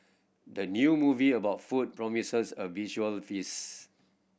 the new movie about food promises a visual feast